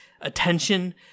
attention